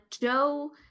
Joe